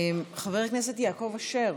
חבר הכנסת יעקב אשר,